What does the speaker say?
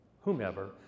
whomever